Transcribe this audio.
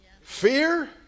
Fear